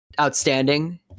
outstanding